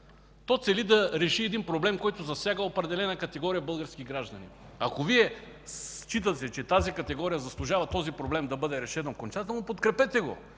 то цели да реши един проблем, който засяга определена категория български граждани. Ако Вие считате, че тази категория заслужава проблемът да бъде решен окончателно, подкрепете го!